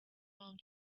palm